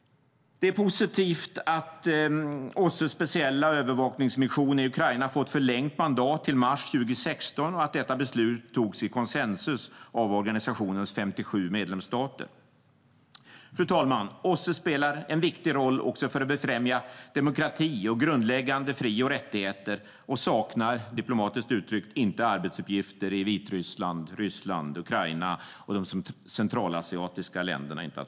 Det är positivt att OSSE:s speciella övervakningsmission i Ukraina fått förlängt mandat till mars 2016 och att detta beslut fattades i konsensus av organisationens 57 medlemsstater. Fru talman! OSSE spelar en viktig roll också för att befrämja demokrati och grundläggande fri och rättigheter och saknar, diplomatiskt uttryckt, inte arbetsuppgifter i Vitryssland, Ryssland och Ukraina, och inte att förglömma de centralasiatiska länderna.